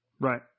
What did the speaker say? Right